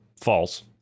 false